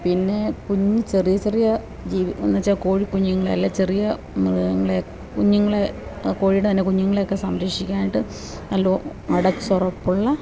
പിന്നെ കുഞ്ഞു ചെറിയ ചെറിയ ജീവി എന്നുവെച്ചാൽ കോഴിക്കുഞ്ഞുങ്ങളെ ചെറിയ മൃഗങ്ങളെ കുഞ്ഞുങ്ങളെ കോഴിയുടെ തന്നെ കുഞ്ഞുങ്ങളെ സംരക്ഷിക്കാൻ ആയിട്ട് അടച്ചുറപ്പുള്ള